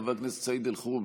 חבר הכנסת סעיד אלחרומי,